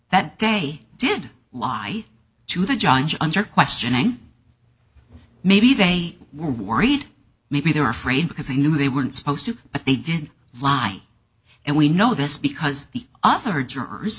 that they did lie to the johns under questioning maybe they were worried maybe they're afraid because they knew they weren't supposed to but they did lie and we know this because the other jurors